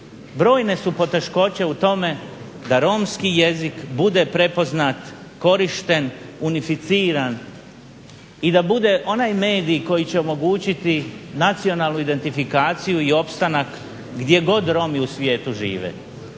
brojne su poteškoće u tome da romski jezik bude prepoznat, korišten, unificiran i da bude onaj medij koji će omogućiti nacionalnu identifikaciju i opstanak gdje god Romi u svijetu žive.